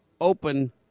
open